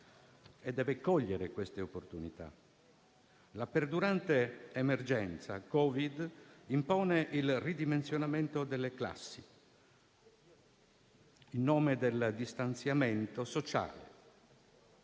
parte e cogliere tali opportunità. La perdurante emergenza da Covid-19 impone il ridimensionamento delle classi, in nome del distanziamento sociale,